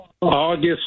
August